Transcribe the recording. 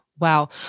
Wow